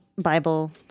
Bible